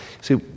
See